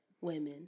women